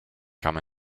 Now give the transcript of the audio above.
come